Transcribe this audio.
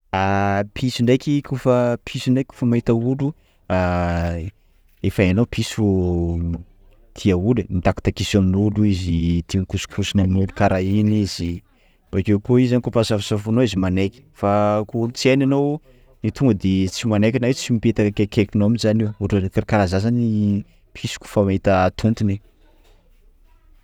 Ah piso ndraiky koafa piso ndraiky koa mahita olo, ah efa hainao piso tia olo ai, mitakisokiso amin'olo izy, tia mikosikosina amin'olo karah igny izy, bakeo koa izy kôfa safosafonao izy manaiky, fa kô olo tsy hainy anao, io tonga de tsy manaiky na tsy io tsy mipetaka akaikinao mintsy zany io, ohatra karah zah zany piso kôfa fa mahita tompony e!